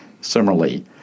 Similarly